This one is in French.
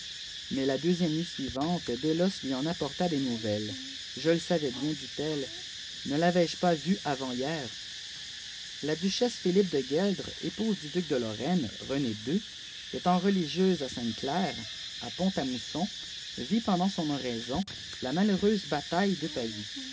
mais la deuxième nuit suivante delosas hii en apporta des nouvelles je le savads bien dit-elle nel'aimi jepas iuavant hier la duchesse philippe de gueldre épouse du duc de lonainei rené ii étant rehgieuse à sainte-claire à pont à mousson vit pendant son oraison la malheureuse bataille depavie